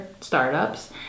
startups